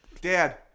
Dad